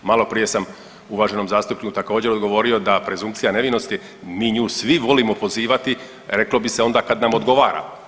Maloprije sam uvaženom zastupniku također odgovorio da presumpcija nevinosti, mi nju svi volimo pozivati reklo bi se onda kad nam odgovara.